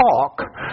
talk